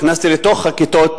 נכנסתי לכיתות,